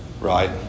right